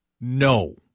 no